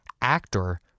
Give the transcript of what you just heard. actor